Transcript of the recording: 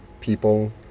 people